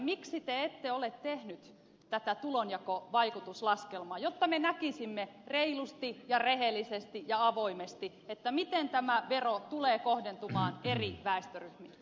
miksi te ette ole tehnyt tätä tulonjakovaikutuslaskelmaa jotta me näkisimme reilusti ja rehellisesti ja avoimesti miten tämä vero tulee kohdentumaan eri väestöryhmille